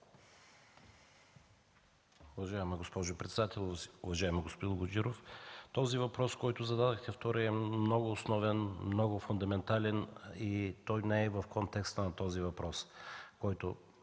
Уважаема госпожо председател, уважаеми господин Гуджеров! Този въпрос, който зададохте – вторият, е много основен, много фундаментален и не е в контекста на този въпрос, който